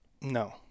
No